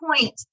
point